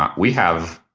ah we have